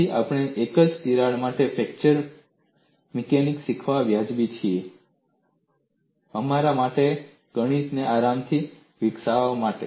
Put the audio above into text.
તેથી આપણે એક જ તિરાડ માટે ફ્રેક્ચર મિકેનિક્સ શીખવામાં વ્યાજબી છીએ અમારા માટે ગણિતને આરામથી વિકસાવવા માટે